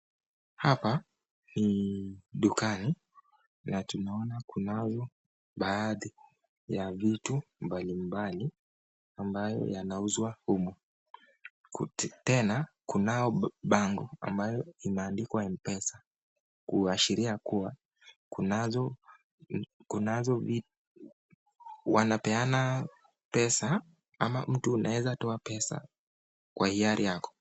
Hapa ni dukani na tunaona kunazo baadhi ya vitu mbalimbali ambayo yanauzwa humu tena kunayo bango ambayo imeandikwa mpesa kuashiria kuwa wanapeana pesa ama mtu unaweza toa pesa kwa hiari yako.